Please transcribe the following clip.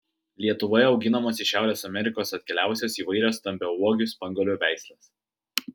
lietuvoje auginamos iš šiaurės amerikos atkeliavusios įvairios stambiauogių spanguolių veislės